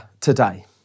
today